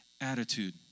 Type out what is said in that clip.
attitude